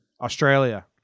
Australia